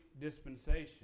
dispensation